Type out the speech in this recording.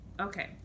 okay